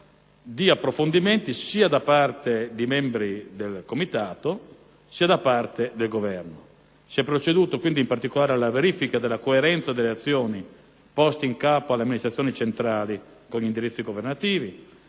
di approfondimenti sia da parte di membri del comitato sia da parte del Governo. Si è proceduto quindi, in particolare, alla verifica della coerenza delle azioni poste in capo alle amministrazioni centrali con gli indirizzi governativi,